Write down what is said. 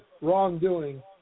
wrongdoing